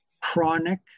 chronic